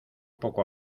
poco